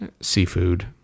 seafood